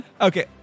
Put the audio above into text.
Okay